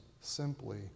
simply